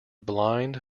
blind